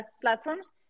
platforms